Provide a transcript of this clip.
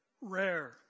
rare